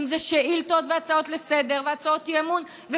אם זה שאילתות והצעות לסדר-היום והצעות אי-אמון,